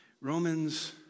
Romans